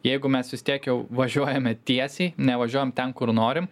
jeigu mes vis tiek jau važiuojame tiesiai nevažiuojam ten kur norim